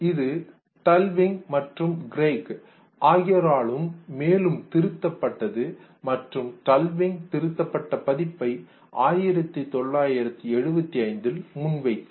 இது டல்விங் மற்றும் கிரெய்க் ஆகியோரால் மேலும் திருத்தப்பட்டது மற்றும் டல்விங் திருத்தப்பட்ட பதிப்பை 1975 இல் முன்வைத்தார்